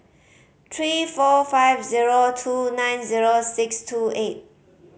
three four five zero two nine zero six two eight